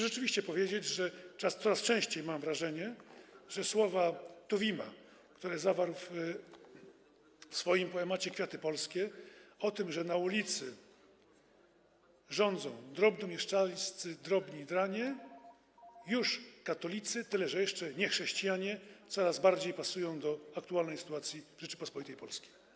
Rzeczywiście muszę powiedzieć, że coraz częściej mam wrażenie, że słowa Tuwima, które zawarł w swoim poemacie „Kwiaty polskie”, o tym, że na ulicy rządzą drobnomieszczańscy drobni dranie, już katolicy, tyle że jeszcze nie chrześcijanie, coraz bardziej pasują do aktualnej sytuacji Rzeczypospolitej Polskiej.